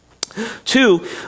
Two